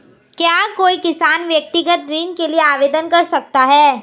क्या कोई किसान व्यक्तिगत ऋण के लिए आवेदन कर सकता है?